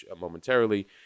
momentarily